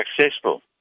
successful